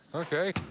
ok.